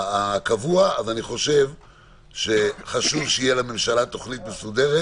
אני חושב שחשוב שתהיה לממשלה תוכנית מסודרת